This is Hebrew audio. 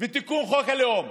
ותיקון חוק הלאום.